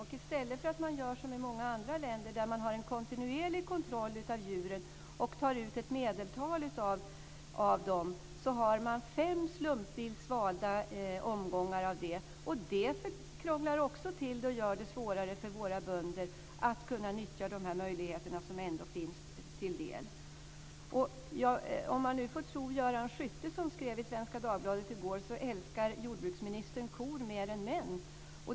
I stället för att göra som i många andra länder, där man har en kontinuerlig kontroll av djuren och tar ut ett medeltal av dem, har man fem slumpvis utvalda omgångar. Det krånglar också till det och gör det svårare för våra bönder att utnyttja de möjligheter som ändå finns. Om man får tro Göran Skytte, som skrev i Svenska Dagbladet i går, älskar jordbruksministern kor mer än män.